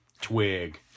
twig